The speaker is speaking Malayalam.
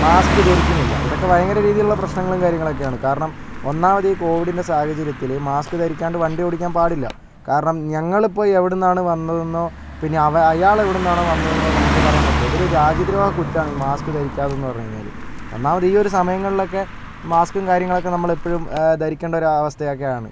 മാസ്ക് ധരിക്കുന്നില്ല ഇതൊക്കെ ഭയങ്കര രീതിയിലുള്ള പ്രശ്നങ്ങളും കാര്യങ്ങളൊക്കെയാണ് കാരണം ഒന്നാമത് കോവിഡിന്റെ സാഹചര്യത്തിൽ മാസ്ക് ധരിക്കാണ്ട് വണ്ടിയോടിക്കാൻ പാടില്ല കാരണം ഞങ്ങളിപ്പോൾ എവിടെ നിന്നാണ് വന്നതെന്നോ പിന്നെ അവ അയാൾ എവിടെ നിന്നാണ് വന്നതെന്നോ നമുക്ക് പറയാൻ പറ്റില്ല ഇതൊരു രാജ്യദ്രോഹ കുറ്റമാണ് ഈ മാസ്ക് ധരിക്കാത്തതെന്ന് പറഞ്ഞ് കഴിഞ്ഞാൽ ഒന്നാമത് ഈ ഒരു സമയങ്ങളിലൊക്കെ മാസ്കും കാര്യങ്ങളൊക്കെ നമ്മൾ എപ്പോഴും ഏ ധരിക്കേണ്ട ഒരു അവസ്ഥയാണ്